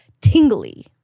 tingly